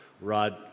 Rod